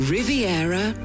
Riviera